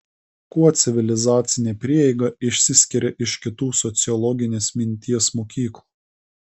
kuo civilizacinė prieiga išsiskiria iš kitų sociologinės minties mokyklų